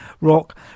rock